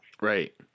Right